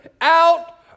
out